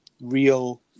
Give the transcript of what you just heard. real